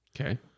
Okay